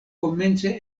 komence